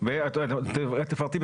אולי תפרטי,